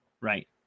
right